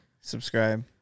Subscribe